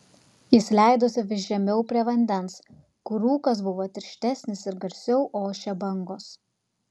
jis leidosi vis žemiau prie vandens kur rūkas buvo tirštesnis ir garsiau ošė bangos